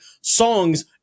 songs